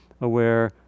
aware